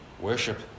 Worship